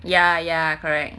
ya ya correct